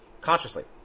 consciously